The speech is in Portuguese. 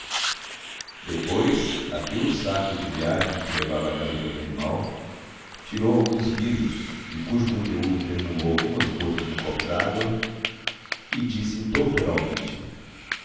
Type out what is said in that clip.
depois abriu o saco de viagem que levava à garupa do animal tirou alguns vidros de cujo conteúdo derramou algumas gotas num copo d'água e disse doutoralmente